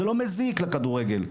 זה לא מזיק לכדורגל.